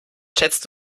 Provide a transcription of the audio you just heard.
schätzt